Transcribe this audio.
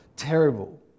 terrible